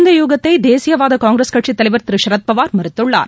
இந்த யூகத்தை தேசிய வாத காங்கிரஸ் கட்சி தலைவர் திரு சரத்பவார் மறுத்துள்ளார்